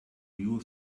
you